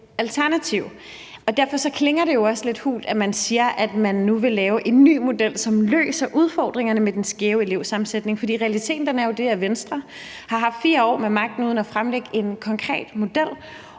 at man siger, at man nu vil lave en ny model, som løser udfordringerne med den skæve elevsammensætning, for realiteten er jo den, at Venstre har haft 4 år med magten uden at fremlægge en konkret model,